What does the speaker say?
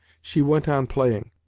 she went on playing,